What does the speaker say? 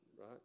right